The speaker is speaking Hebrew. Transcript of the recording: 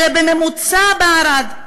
אלא בממוצע בערד.